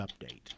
Update